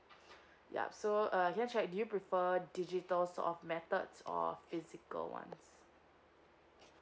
yup so uh yes right do you prefer a digital sort of methods or physical ones